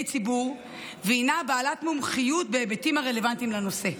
ציבור והינה בעלת מומחיות בהיבטים הרלוונטיים לנושא.